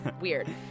weird